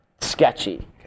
sketchy